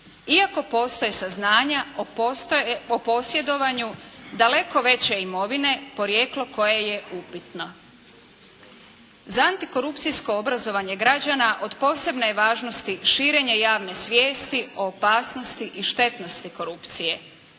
Iako postoje saznanja o posjedovanju daleko veće imovine porijeklo koje je upitno. Za antikorupcijsko obrazovanje građana od posebne je važnosti širenje javne svijesti o opasnosti i štetnosti korupcije.